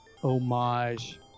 homage